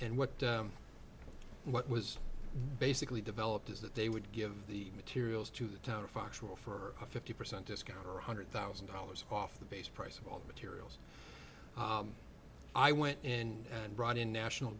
and what what was basically developed is that they would give the materials to the town of factual for a fifty percent discount or one hundred thousand dollars off the base price of all materials i went in and brought in national